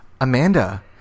Amanda